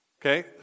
Okay